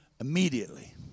Immediately